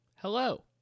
Hello